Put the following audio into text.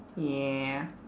yeah